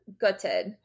Gutted